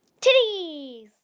Titties